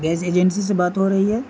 gas agency سے بات ہو رہی ہے